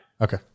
Okay